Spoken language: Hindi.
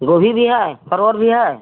गोभी भी है परवल भी है